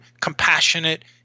compassionate